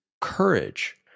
courage